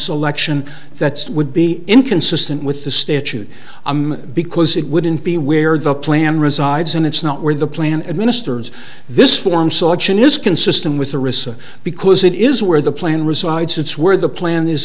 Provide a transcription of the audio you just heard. selection that would be inconsistent with the statute because it wouldn't be where the plan resides and it's not where the plan administers this form selection is consistent with the risk because it is where the plan resides it's where the plan is